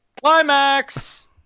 Climax